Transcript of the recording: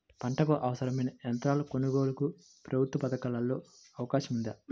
పంటకు అవసరమైన యంత్రాల కొనగోలుకు ప్రభుత్వ పథకాలలో అవకాశం ఉందా?